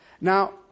Now